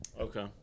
Okay